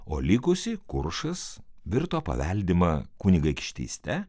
o likusi kuršas virto paveldima kunigaikštyste